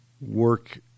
work